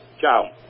Ciao